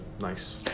nice